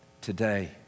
Today